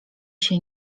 się